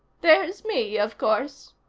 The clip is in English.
there's me, of course,